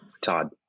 todd